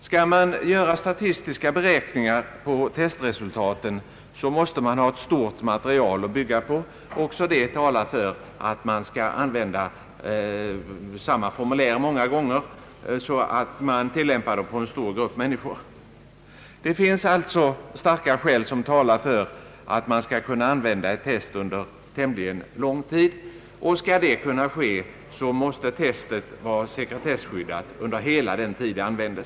Skall man göra statistiska beräkningar på testresultaten, måste man ha ett stort material att bygga på. Också det talar för att man skall använda samma formulär många gånger, så att man tilllämpar det på en stor grupp människor. Det finns alltså starka skäl som talar för att man skall kunna använda ett testformulär under tämligen lång tid, och då måste testet vara sekretesskyddat under hela den tid det används.